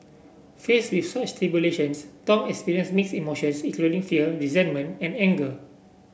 faced with such tribulations Thong experienced mixed emotions including fear resentment and anger